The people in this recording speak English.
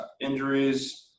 injuries –